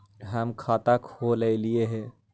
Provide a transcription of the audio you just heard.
हम खाता खोलैलिये हे?